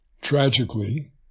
Tragically